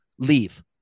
leave